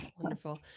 Wonderful